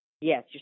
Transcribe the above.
Yes